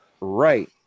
Right